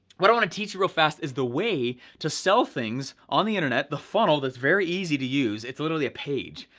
what i want to teach you real fast is the way to sell things on the internet, the funnel that's very easy to use. it's literally a page,